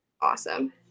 awesome